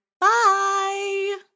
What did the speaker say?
Bye